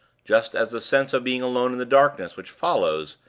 just as the sense of being alone in the darkness, which follows,